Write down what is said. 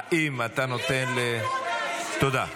האם אתה נותן, תודה.